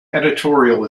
editorial